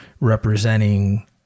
representing